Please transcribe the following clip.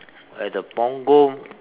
at the Punggol